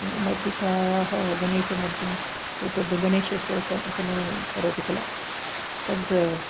मृत्तिकायाः गणेशमूर्तिम् एतद् गणेशोत्सवससमये करोति खिल तद्